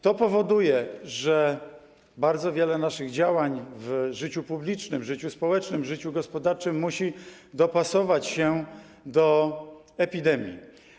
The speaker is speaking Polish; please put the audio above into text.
To powoduje, że bardzo wiele naszych działań w życiu publicznym, życiu społecznym, życiu gospodarczym musi dopasować się do epidemii.